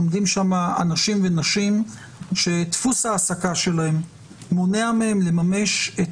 עובדים שם אנשים ונשים שדפוס ההעסקה שלהם מונע מהם לממש את